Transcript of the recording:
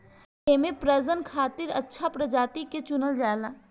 एमे प्रजनन खातिर अच्छा प्रजाति के चुनल जाला